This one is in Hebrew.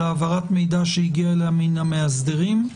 העברת מידע שהגיע אליה מן המאסדרים.